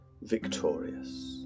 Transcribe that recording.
victorious